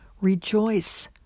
Rejoice